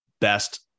best